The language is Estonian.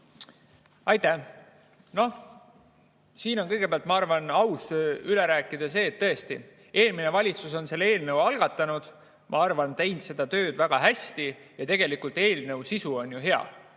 Aitäh! Siin on kõigepealt, ma arvan, aus üle rääkida see, et tõesti, eelmine valitsus on selle eelnõu algatanud. Ma arvan, et nad on teinud seda tööd väga hästi ja tegelikult eelnõu sisu on ju hea.